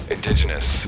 Indigenous